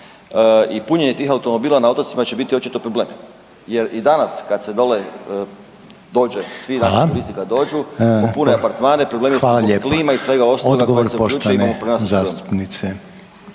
i punjenje tih automobila na otocima će biti očito problem jer i danas kad se dole dođe, fizički mislim kad dođu, popune apartmane, problemi …/Govornik se ne razumije/…